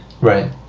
Right